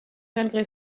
malgré